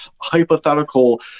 hypothetical